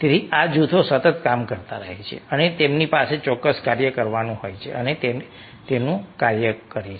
તેથી આ જૂથો સતત કામ કરતા રહે છે અને તેમની પાસે ચોક્કસ કાર્ય કરવાનું હોય છે અને તે તેમનું કાર્ય છે